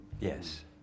Yes